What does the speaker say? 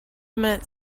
met